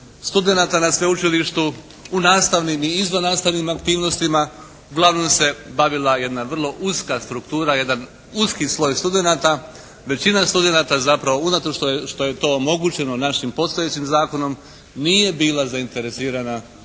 na sveučilištu, u nastavnim i izvannastavnim aktivnostima uglavnom se bavila jedna vrlo uska struktura, jedan uski sloj studenata. Većina studenata zapravo unatoč što je to omogućeno našim postojećim zakonom nije bila zainteresirana za ono